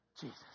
Jesus